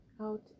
out